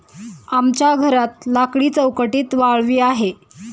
आमच्या घरात लाकडी चौकटीत वाळवी आहे